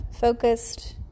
focused